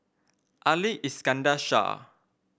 Ali Iskandar Shah